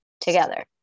together